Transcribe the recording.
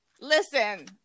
Listen